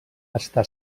està